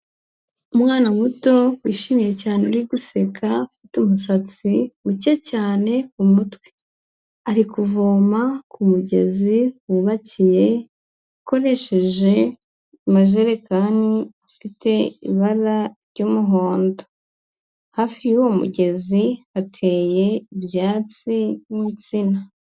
Umwana muto, wishimye cyane uri guseka, ufite umusatsi muke cyane, ku mutwe. Ari kuvoma ku mugezi wubakiye, ukoresheje amajerekani, afite ibara ry'umuhondo. Hafi y'uwo mugezi, hateye ibyatsi n'insina.